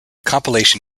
compilation